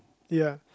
ya